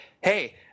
hey